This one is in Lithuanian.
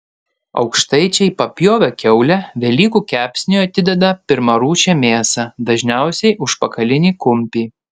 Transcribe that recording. aukštaičiai papjovę kiaulę velykų kepsniui atideda pirmarūšę mėsą dažniausiai užpakalinį kumpį